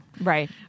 Right